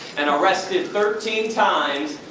and arrested thirteen times,